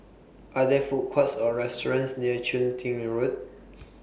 Are There Food Courts Or restaurants near Chun Tin Road